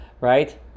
right